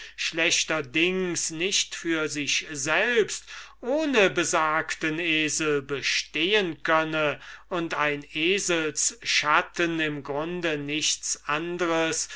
schlechterdings nicht für sich selbst oder ohne besagten esel bestehen könne und ein eselsschatten im grunde nichts